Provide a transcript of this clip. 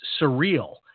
surreal